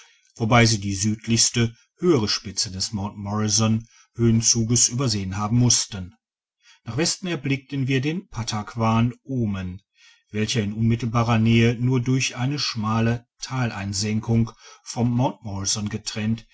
wobei sie die südlichste höhere spitze des mt morrison höhenzuges übersehen haben mussten nach westen erblickten wir den pattakwan omen welcher in unmittelbarer nähe nur durch eine schmale thaleinsenkung vom mt morrison getrennt